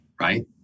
right